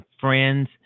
friends